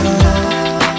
love